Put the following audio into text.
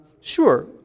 Sure